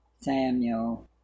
Samuel